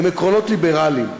הם עקרונות ליברליים,